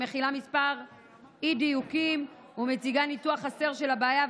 מכילה כמה אי-דיוקים ומציגה ניתוח חסר של הבעיה.